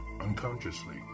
unconsciously